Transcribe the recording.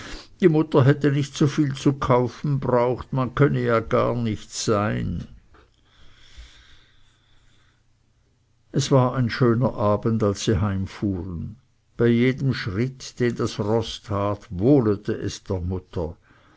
die mutter hätte nicht so viel zu kaufen braucht man könne ja gar nicht sein es war ein schöner abend als sie heimfuhren bei jedem schritt den das roß tat wohlete es der mutter